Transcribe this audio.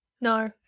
No